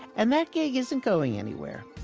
and that gig isn't going anywhere.